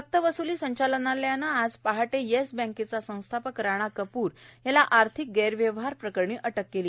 सक्तवस्ली संचालनालयानं आज पहा येस बँकेचे संस्थापक राणा कप्र यांना आर्थिक गैरव्यवहार प्रकरणी अधिक केली